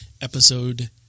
episode